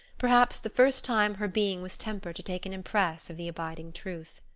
perhaps the first time her being was tempered to take an impress of the abiding truth.